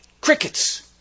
Crickets